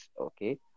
okay